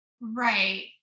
Right